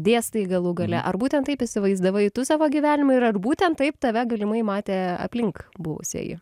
dėstai galų gale ar būtent taip įsivaizdavai tu savo gyvenimą ir ar būtent taip tave galimai matė aplink buvusieji